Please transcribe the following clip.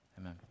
amen